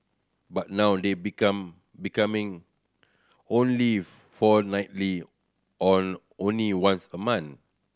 but now they become becoming only fortnightly or only once a month